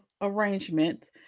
arrangement